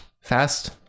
fast